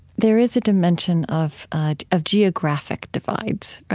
there is a dimension of ah of geographic divides, right?